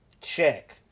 Check